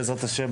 בעזרת השם,